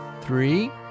three